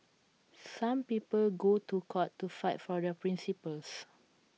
some people go to court to fight for their principles